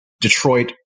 Detroit